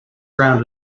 ground